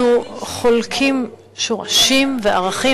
אנחנו חולקים שורשים וערכים.